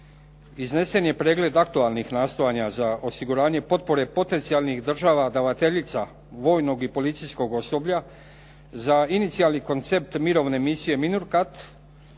iznesen je pregled aktualnih nastojanja za osiguranje potpore potencijalnih država davateljica vojnog i policijskog osoblja za inicijalni koncept Mirovne misije MINURCAT